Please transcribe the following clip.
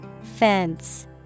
Fence